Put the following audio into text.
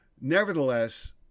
Nevertheless